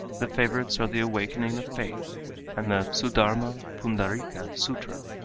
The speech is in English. the favorites are the awakening of faith and the suddharma pundarika sutra.